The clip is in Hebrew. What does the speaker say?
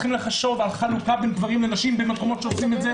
צריך לחשוב על חלוקה בין גברים ונשים במקומות שעושים את זה,